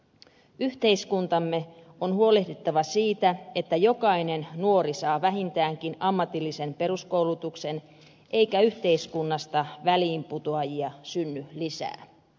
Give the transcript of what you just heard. yhteiskuntamme on huolehdittava siitä että jokainen nuori saa vähintäänkin ammatillisen peruskoulutuksen eikä yhteiskunnassa väliinputoajia synny lisää